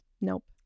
Nope